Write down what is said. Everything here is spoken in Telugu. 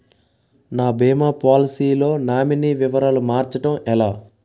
నా భీమా పోలసీ లో నామినీ వివరాలు మార్చటం ఎలా?